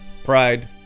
pride